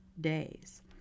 days